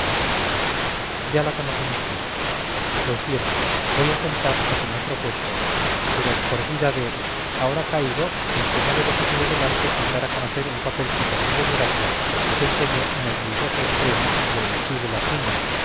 ya la conocen vds pues bien voy a contar lo que me he propuesto pero por vida de ahora caigo en que no debo seguir adelante sin dar a conocer el papel que por mi desgracia desempeñé en el ruidoso estreno de el sí de las niñas